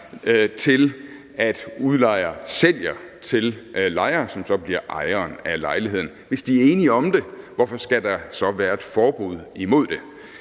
til, at udlejer sælger til lejer, som så bliver ejer af lejligheden? Hvis de er enige om det, hvorfor skal der så være et forbud imod det?